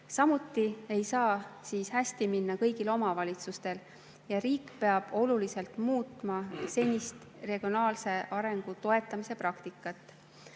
Samuti ei saa siis hästi minna kõigil omavalitsustel ja riik peab oluliselt muutma senist regionaalse arengu toetamise praktikat.